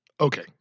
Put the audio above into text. Okay